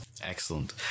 excellent